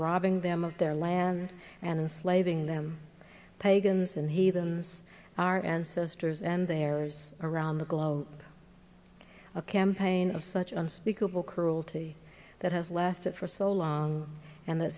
robbing them of their lands and enslaving them pagans and heathens our ancestors and theirs around the globe a campaign of such unspeakable cruelty that has lasted for so long and that